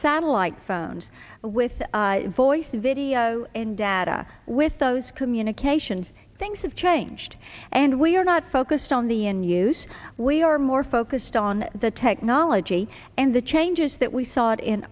satellite phones with voice video and data with those communications things have changed and we are not focused on the end news we are more focused on the technology and the changes that we saw it in